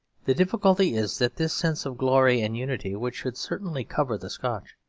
the difficulty is that this sense of glory and unity, which should certainly cover the scotch,